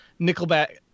Nickelback